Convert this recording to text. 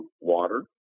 water